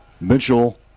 Mitchell